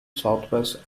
southwest